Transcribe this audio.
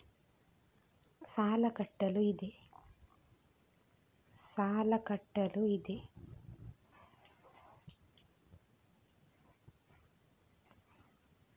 ಸಾಲ ಕಟ್ಟಲು ಇದೆ